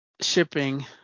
shipping